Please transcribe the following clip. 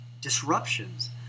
disruptions